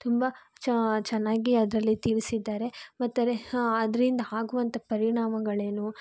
ತುಂಬ ಚೆನ್ನಾಗಿ ಅದರಲ್ಲಿ ತಿಳಿಸಿದ್ದಾರೆ ಮತ್ತದೇ ಅದ್ರಿಂದ ಆಗುವಂಥ ಪರಿಣಾಮಗಳೇನು